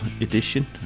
edition